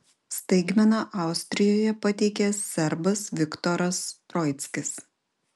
staigmeną austrijoje pateikė serbas viktoras troickis